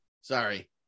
sorry